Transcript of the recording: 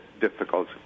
difficult